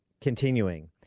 Continuing